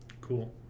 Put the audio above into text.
Cool